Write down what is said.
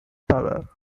power